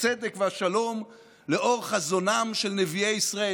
הצדק והשלום לאור חזונם של נביאי ישראל.